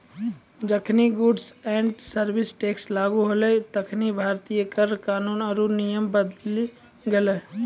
जखनि goods and service tax लागू होलै तखनि भारतीय कर कानून आरु नियम बदली गेलै